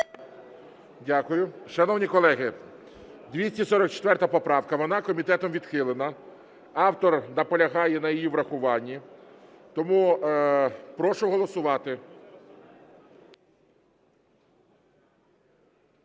Дякую. Шановні колеги 244 поправка. Вона комітетом відхилена. Автор наполягає на її врахуванні, тому прошу голосувати.